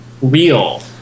real